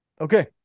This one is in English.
Okay